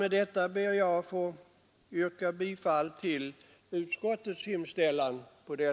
Med det anförda ber jag att få yrka bifall till utskottets hemställan.